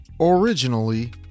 originally